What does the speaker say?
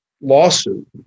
lawsuit